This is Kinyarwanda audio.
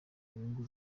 nyungu